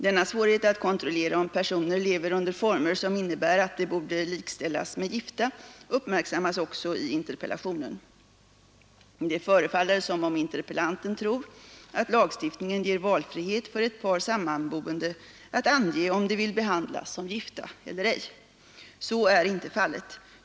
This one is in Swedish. Denna svårighet att kontrollera om personer lever under former som innebär att de borde likställas med gifta uppmärksammas också i interpellationen. Det förefaller som om interpellanten tror att lagstiftningen ger valfrihet för ett par sammanboende att ange om de vill behandlas som gifta eller ej. Så är inte fallet.